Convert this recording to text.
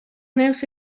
نرخ